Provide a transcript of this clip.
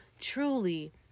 truly